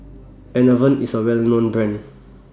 Enervon IS A Well known Brand